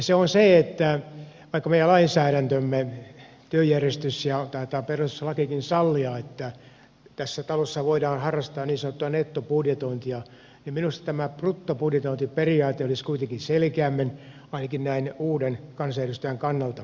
se on se että vaikka meidän lainsäädäntömme työjärjestys sallii ja taitaa perustuslakikin sallia että tässä talossa voidaan harrastaa niin sanottua nettobudjetointia niin minusta tämä bruttobudjetointiperiaate olisi kuitenkin selkeämpi ainakin näin uuden kansanedustajan kannalta